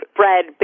bread